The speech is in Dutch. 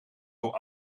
door